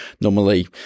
Normally